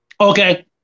Okay